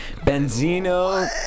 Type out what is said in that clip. Benzino